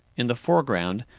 in the foreground,